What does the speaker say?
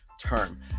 term